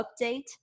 update